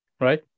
right